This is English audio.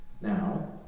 Now